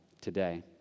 today